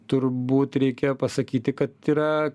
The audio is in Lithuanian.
turbūt reikėjo pasakyti kad yra